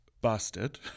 Busted